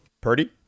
Purdy